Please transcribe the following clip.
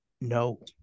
No